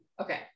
Okay